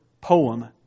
poem